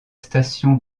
station